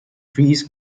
trees